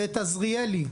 ואת עזריאלי,